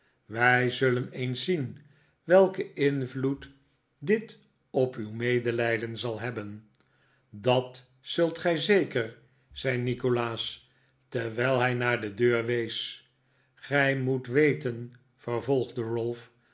wij zullen eens zien welken invloed dit op uw medelijden zal hebben dat zult gij zeker zei nikolaas terwijl hij naar de deur wees gij moet weten vervolgde ralph